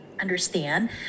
understand